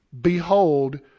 Behold